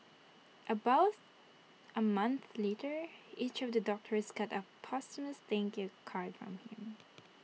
about A month later each of the doctors got A posthumous thank you card from him